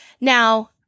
Now